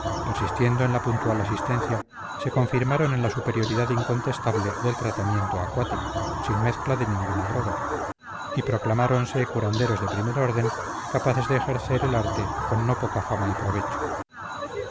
persistiendo en la puntual asistencia se confirmaron en la superioridad incontestable del tratamiento acuático sin mezcla de ninguna droga y proclamáronse curanderos de primer orden capaces de ejercer el arte con no poca fama y provecho